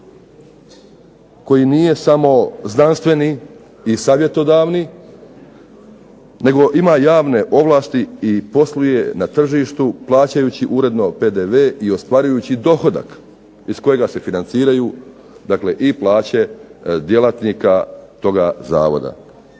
koji nije samo znanstveni i savjetodavni nego ima javne ovlasti i posluje na tržištu plaćajući uredno PDV i ostvarujući dohodak iz kojega se financiraju dakle i plaće djelatnika toga Zavoda.